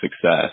success